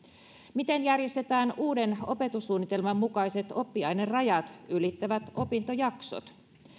miten järjestetään uuden opetussuunnitelman mukaiset oppiainerajat ylittävät opintojaksot